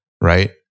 right